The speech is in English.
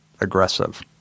aggressive